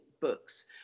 books